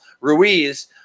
Ruiz